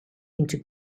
into